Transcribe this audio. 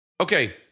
Okay